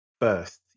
first